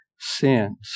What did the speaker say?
Sins